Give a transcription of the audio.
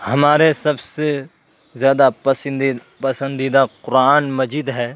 ہمارے سب سے زیادہ پسندیدہ قرآن مجید ہے